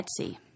etsy